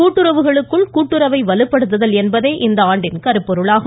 கூட்டுறவுகளுக்குள் கூட்டுறவை வலுப்படுத்துதல் என்பதே இந்த ஆண்டின் கருப்பொருளாகும்